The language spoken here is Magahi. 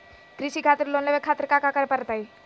कृषि खातिर लोन लेवे खातिर काका करे की परतई?